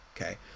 okay